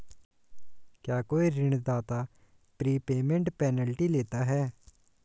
क्या कोई ऋणदाता प्रीपेमेंट पेनल्टी लेता है?